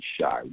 shy